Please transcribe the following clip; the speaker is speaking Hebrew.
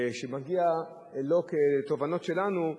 שמגיע לא כתובנות שלנו,